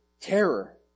terror